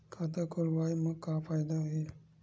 खाता खोलवाए मा का फायदा हे